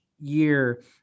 year